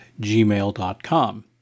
gmail.com